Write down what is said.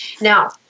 Now